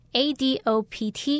adopt